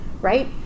right